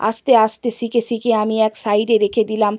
আস্তে আস্তে শিখে শিখে আমি এক সাইডে রেখে দিলাম